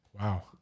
Wow